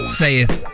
saith